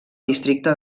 districte